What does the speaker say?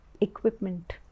equipment